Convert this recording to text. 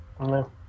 No